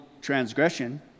Transgression